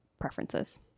preferences